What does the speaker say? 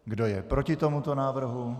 Kdo je proti tomuto návrhu?